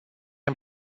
îmi